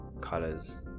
colors